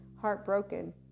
heartbroken